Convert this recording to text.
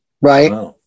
Right